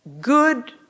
good